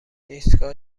ایستگاه